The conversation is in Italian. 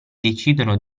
decidono